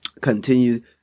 continue